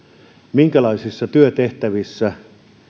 minkälaisissa työtehtävissä